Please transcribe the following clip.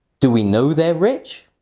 do we know they're rich?